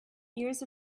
years